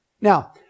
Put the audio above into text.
Now